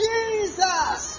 Jesus